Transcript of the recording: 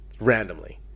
Randomly